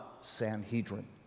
Sanhedrin